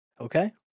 okay